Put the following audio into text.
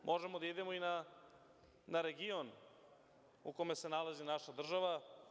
Možemo da idemo i na region u kome se nalazi naša država.